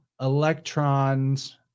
electrons